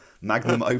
magnum